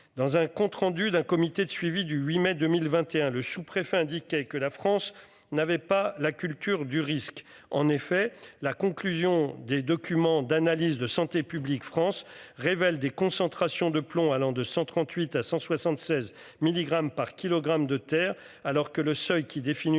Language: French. Dans un compte rendu d'un comité de suivi du 8 mai 2021. Le sous-préfet indiquait que la France n'avait pas la culture du risque, en effet la conclusion des documents d'analyse de santé publique France révèle des concentrations de plomb allant de 138 à 176 milligrammes par kilogramme de terre alors que le seuil qui définit